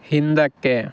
ಹಿಂದಕ್ಕೆ